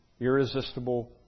Irresistible